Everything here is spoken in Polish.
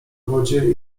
wodzie